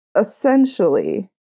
essentially